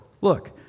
Look